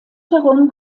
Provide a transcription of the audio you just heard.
herum